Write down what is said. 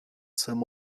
some